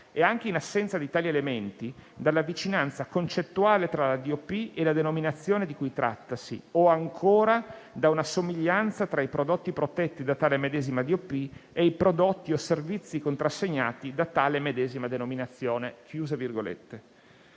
e, anche in assenza di tali elementi, dalla vicinanza concettuale tra DOP e la denominazione di cui trattasi o, ancora, da una somiglianza tra i prodotti protetti da tale medesima DOP e i prodotti o servizi contrassegnati da tale medesima denominazione».